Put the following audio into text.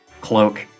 cloak